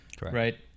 right